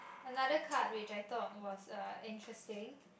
another card which I though was uh interesting